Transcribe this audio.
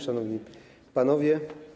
Szanowni Panowie!